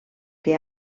que